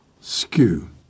Skew